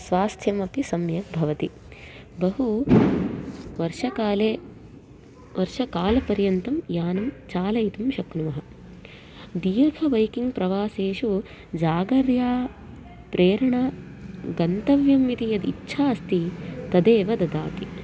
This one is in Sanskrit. स्वास्थ्यमपि सम्यक् भवति बहु वर्षकाले वर्षकालपर्यन्तं यानं चालयितुं शक्नुमः डियो फ़ बैकिङ् प्रवासेषु जागर्या प्रेरणा गन्तव्यम् इति यद् इच्छा अस्ति तदेव ददाति